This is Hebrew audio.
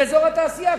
לאזור התעשייה.